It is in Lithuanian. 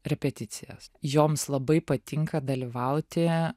repeticijas joms labai patinka dalyvauti